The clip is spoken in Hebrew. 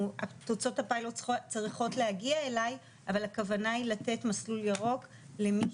תוצאות הפיילוט צריכות להגיע אלי אבל הכוונה היא לתת מסלול ירוק למי